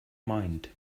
mind